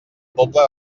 pobla